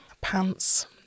pants